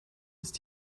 ist